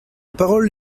parole